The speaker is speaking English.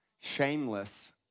Shameless